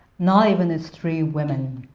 not even as three women,